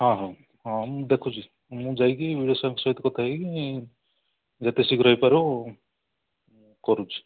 ହଁ ହଁ ହଁ ମୁଁ ଦେଖୁଛି ମୁଁ ଯାଇକି ସହିତ କଥା ହେଇକି ଯେତେ ଶୀଘ୍ର ହେଇପାରିବ କରୁଛି